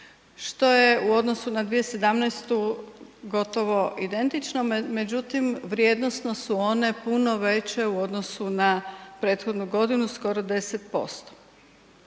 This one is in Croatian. što je u odnosu na 2017. gotovo identično, međutim vrijednosno su one puno veće u odnosu na prethodnu godinu skoro 10%.